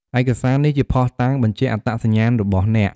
ឯកសារនេះជាភស្តុតាងបញ្ជាក់អត្តសញ្ញាណរបស់អ្នក។